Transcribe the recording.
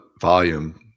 volume